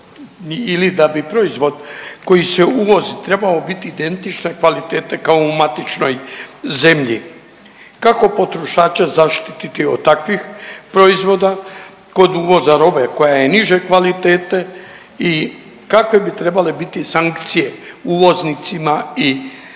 ili da bi proizvod koji se uvozi trebao biti identične kvalitete kao u matičnoj zemlji, kako potrošača zaštititi od takvih proizvoda kod uvoza robe koja je niže kvalitete i kakve bi trebale biti sankcije uvoznicima i trgovcima